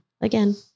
Again